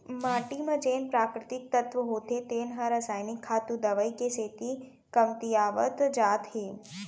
माटी म जेन प्राकृतिक तत्व होथे तेन ह रसायनिक खातू, दवई के सेती कमतियावत जात हे